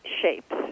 shapes